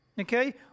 okay